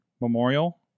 Memorial